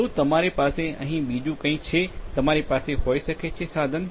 શું તમારી પાસે અહીં બીજું કંઇક છે તમારી પાસે હોઈ શકે છે કે સાધન